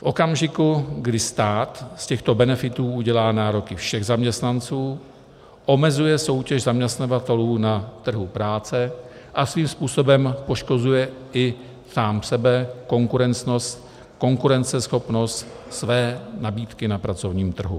V okamžiku, kdy stát z těchto benefitů udělá nároky všech zaměstnanců, omezuje soutěž zaměstnavatelů na trhu práce a svým způsobem poškozuje i sám sebe, konkurenceschopnost své nabídky na pracovním trhu.